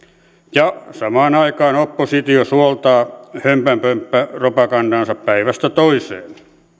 samaan aikaan oppositio suoltaa hömpänpömppäpropagandaansa päivästä toiseen